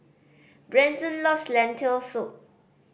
Branson loves Lentil Soup